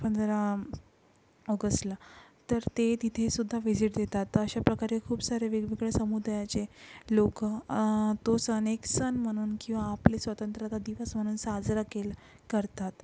पंधरा ऑगसला तर ते तिथेसुद्धा व्हिजिट देतात तर अशा प्रकारे खूप सारे वेगवेगळे समुदायाचे लोक तो सण एक सण म्हणून किंवा आपली स्वतंत्रता दिवस म्हणून साजरा केला करतात